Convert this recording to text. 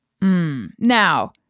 Now